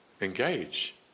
engage